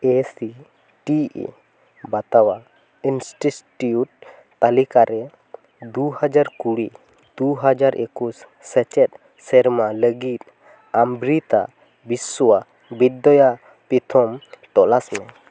ᱮ C T E ᱵᱟᱛᱟᱣᱟ institute ᱛᱟᱹᱞᱤᱠᱟᱨᱮ ᱫᱩ ᱦᱟᱡᱟᱨ ᱠᱩᱲᱤ ᱫᱩ ᱦᱟᱡᱟᱨ ᱮᱠᱩᱥ ᱥᱮᱪᱮᱫ ᱥᱮᱨᱢᱟ ᱞᱟᱹᱜᱤᱫ ᱟᱢᱵᱨᱤᱛᱟ ᱵᱤᱥᱩᱣᱟ ᱵᱤᱫᱫᱚᱭᱟᱯᱤᱛᱷᱚᱢ ᱛᱚᱞᱟᱥ ᱢᱮ